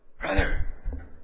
Brother